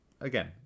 again